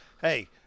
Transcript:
hey